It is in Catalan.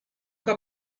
que